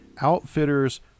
Outfitters